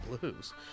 blues